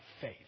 faith